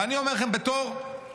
ואני אומר לכם בתור אופוזיציונר: